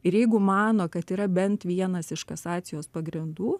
ir jeigu mano kad yra bent vienas iš kasacijos pagrindų